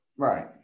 Right